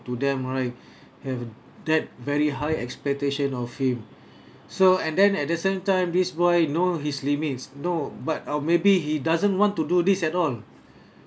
to them right have that very high expectation of him so and then at the same time this boy know his limits you know but or maybe he doesn't want to do this at all